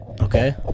Okay